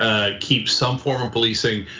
ah keep some form of policing,